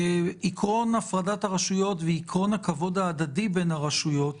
עיקרון הפרדת הרשויות ועיקרון הכבוד ההדדי בין הרשויות